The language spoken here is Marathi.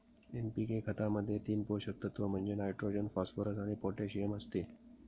एन.पी.के खतामध्ये तीन पोषक तत्व म्हणजे नायट्रोजन, फॉस्फरस आणि पोटॅशियम असते